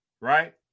right